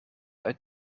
uit